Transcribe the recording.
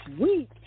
week